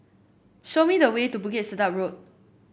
show me the way to Bukit Sedap Road